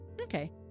Okay